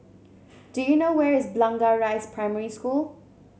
do you know where is Blangah Rise Primary School